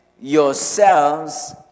yourselves